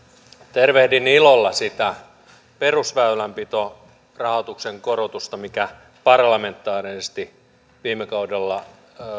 tervehdin ilolla sitä perusväylänpitorahoituksen korotusta mikä parlamentaarisesti viime kaudella